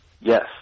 Yes